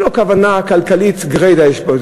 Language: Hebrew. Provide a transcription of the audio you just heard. שלא כוונה כלכלית גרידא יש פה,